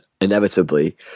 inevitably